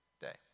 day